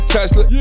Tesla